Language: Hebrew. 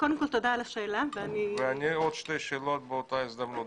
קודם כל תודה על השאלה ואני --- עוד שתי שאלות באותה הזדמנות.